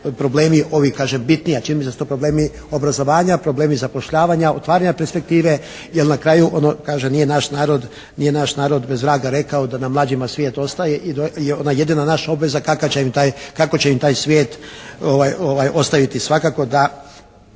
problemi ovi kažem bitni a čini mi se da su to problemi obrazovanja, problemi zapošljavanja, otvaranja perspektive, jer na kraju ono kaže nije naš narod bez vraga rekao da na mlađima svijet ostaje i ona jedina naša obveza kakav ćemo im taj svijet ostaviti. Kažem svakako da